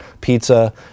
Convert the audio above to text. pizza